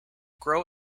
grow